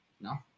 No